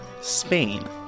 Spain